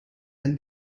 and